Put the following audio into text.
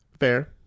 fair